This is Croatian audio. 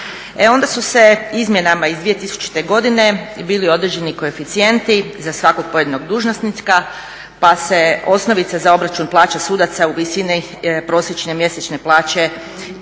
onda su se izmjenama iz 2000. godine bili određeni koeficijenti za svakog pojedinog dužnosnika pa se osnovica za obračun plaća sudaca u visini prosječne mjesečne plaće isplaćene